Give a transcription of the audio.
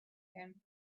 him